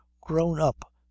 grown-up